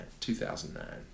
2009